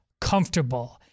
comfortable